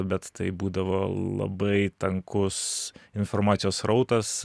bet tai būdavo labai tankus informacijos srautas